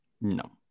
No